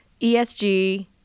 ESG